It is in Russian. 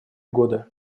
года